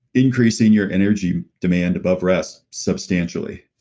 increasing your energy demand above rest substantially.